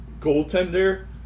goaltender